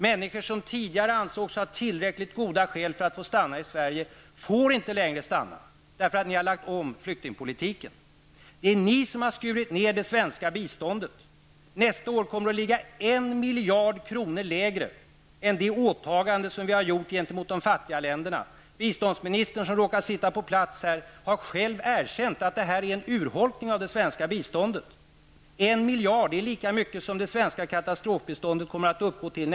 Människor som tidigare ansågs ha tillräckligt goda skäl för att få stanna i Sverige får inte längre stanna därför att ni har lagt om flyktingpolitiken. Det är ni som har skurit ned det svenska biståndet. Nästa år kommer det att vara en miljard kronor. lägre i förhållande till det atagande som vi har gjort gentemot de fattiga länderna. Biståndsministern -- som själv råkar vara här i kammaren -- har själv erkänt att detta är en urholkning av det svenska biståndet. En miljard -- det är lika mycket som det svenska katastrofbiståndet nästa år kommer att uppgå till.